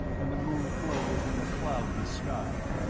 and the moon floated in a cloudless sky.